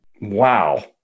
Wow